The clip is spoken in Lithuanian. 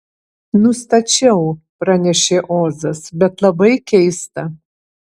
nustačiau pranešė ozas bet labai keista